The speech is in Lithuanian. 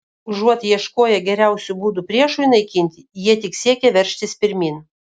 užuot ieškoję geriausių būdų priešui naikinti jie tik siekė veržtis pirmyn